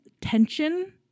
tension